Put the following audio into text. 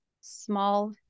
small